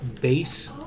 base